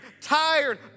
tired